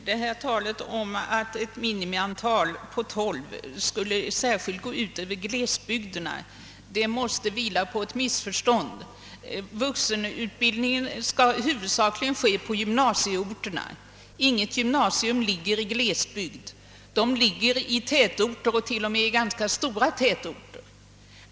Herr talman! Talet om att ett minimiantal på 12 särskilt skulle gå ut över glesbygderna måste vila på ett missförstånd. Vuxenutbildningen skall huvudsakligen äga rum på gymnasieorterna. Inget gymnasium ligger i glesbygd utan i tätorter och t.o.m. i ganska stora sådana.